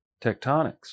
tectonics